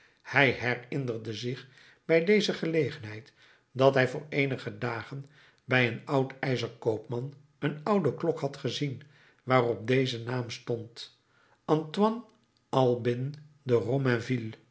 hij herinnerde zich bij deze gelegenheid dat hij voor eenige dagen bij een oud ijzerkoopman een oude klok had gezien waarop deze naam stond antoine albin de